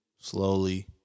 slowly